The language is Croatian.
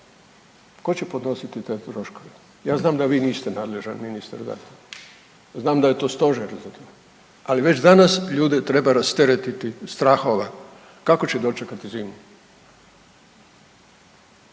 tko će podnositi te troškove? Ja znam da vi niste nadležan ministar za to, znam da je to stožer za to, ali već danas ljude treba rasteretiti strahova kako će dočekati zimu.